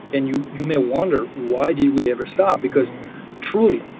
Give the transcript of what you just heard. and you you may wonder why did we ever stop because truly,